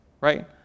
right